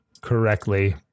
correctly